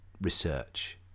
research